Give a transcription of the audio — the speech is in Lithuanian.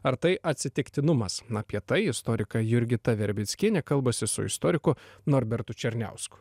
ar tai atsitiktinumas apie tai istorikė jurgita verbickienė kalbasi su istoriku norbertu černiausku